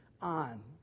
on